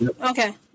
Okay